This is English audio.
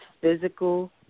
physical